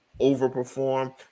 overperform